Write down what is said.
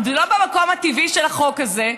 לא במקום הטבעי של החוק הזה,